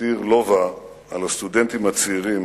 הותיר לובה על הסטודנטים הצעירים